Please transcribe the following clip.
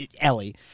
ellie